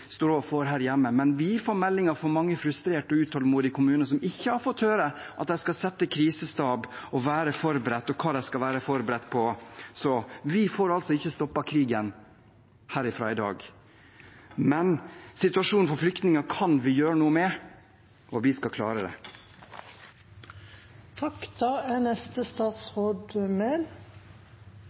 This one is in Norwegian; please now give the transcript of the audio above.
står overfor her hjemme, men vi får meldinger fra mange frustrerte og utålmodige kommuner som ikke har fått høre at de skal sette krisestab og være forberedt, og hva de skal være forberedt på. Vi får ikke stoppet krigen herfra i dag, men situasjonen for flyktninger kan vi gjøre noe med, og vi skal klare det. For 15 dager siden var verden annerledes. Da